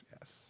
Yes